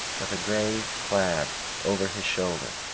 with a grey plaid over his shoulder,